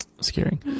Scaring